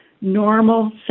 normal